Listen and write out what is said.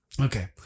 Okay